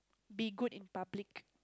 be good in public